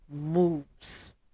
moves